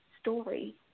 story